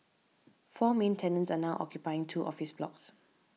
four main tenants are now occupying two office blocks